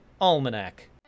almanac